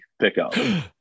pickup